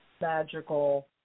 magical